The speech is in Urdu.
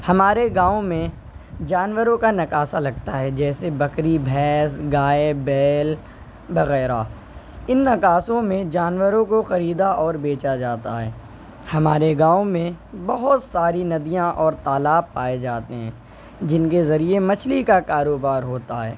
ہمارے گاؤں میں جانوروں کا نکاسہ لگتا ہے جیسے بکری بھینس گائے بیل وغیرہ ان نکاسوں میں جانوروں کو خریدا اور بیچا جاتا ہے ہمارے گاؤں میں بہت ساری ندیاں اور تالاب پائے جاتے ہیں جن کے ذریعہ مچھلی کا کاروبار ہوتا ہے